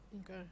okay